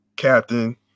Captain